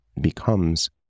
becomes